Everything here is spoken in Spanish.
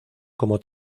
como